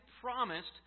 promised